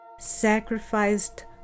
sacrificed